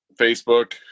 facebook